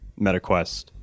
MetaQuest